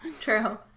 True